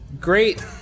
great